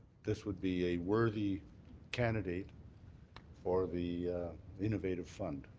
this would be a worthy candidate for the innovative fund.